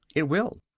it will.